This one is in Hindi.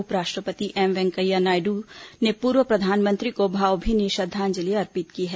उपराष्ट्रपति एम वेंकैया नायडू ने पूर्व प्रधानमंत्री को भावभीनी श्रद्धांजलि अर्पित की है